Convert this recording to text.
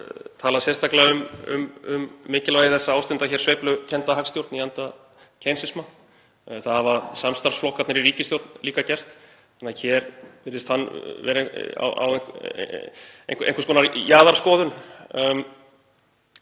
talað sérstaklega um mikilvægi þess að ástunda hér sveiflujafnandi hagstjórn í anda keynesisma. Það hafa samstarfsflokkarnir í ríkisstjórn líka gert. Hér virðist hann vera á einhvers konar jaðarskoðun